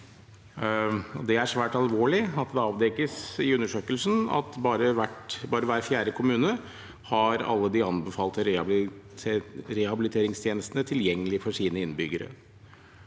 Det er svært alvorlig at det avdekkes i undersøkelsen at bare hver fjerde kommune har alle de anbefalte rehabiliteringstjenestene tilgjengelig for sine innbyggere.